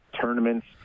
tournaments